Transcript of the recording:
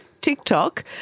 TikTok